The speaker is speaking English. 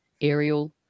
aerial